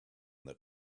that